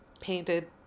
painted